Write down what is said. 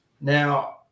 Now